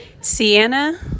Sienna